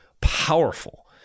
powerful